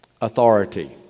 authority